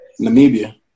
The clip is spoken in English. Namibia